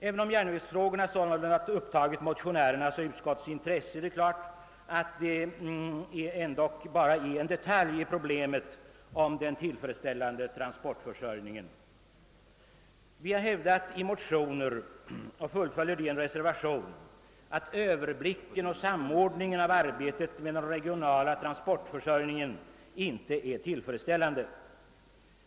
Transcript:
Även om järnvägsfrågorna sålunda upptagit motionärernas och utskottets intresse är det klart, att dessa frågor endast utgör en detalj i problemet om en tillfredsställande transportförsörjning. Vi har hävdat i motioner, och fullföljer det i en reservation, att överblicken och samordningen av arbetet med den regionala transportförsörjningen inte är tillfredsställande.